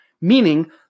Meaning